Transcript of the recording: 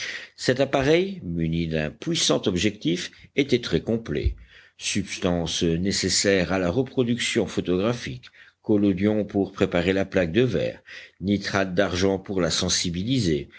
cet appareil muni d'un puissant objectif était très complet substances nécessaires à la reproduction photographique collodion pour préparer la plaque de verre nitrate d'argent pour la sensibiliser